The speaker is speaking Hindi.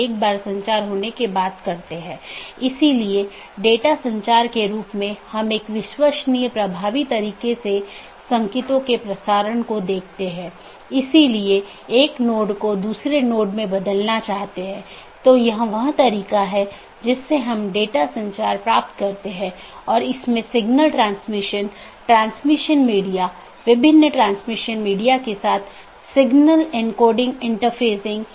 यह एक चिन्हित राउटर हैं जो ऑटॉनमस सिस्टमों की पूरी जानकारी रखते हैं और इसका मतलब यह नहीं है कि इस क्षेत्र का सारा ट्रैफिक इस क्षेत्र बॉर्डर राउटर से गुजरना चाहिए लेकिन इसका मतलब है कि इसके पास संपूर्ण ऑटॉनमस सिस्टमों के बारे में जानकारी है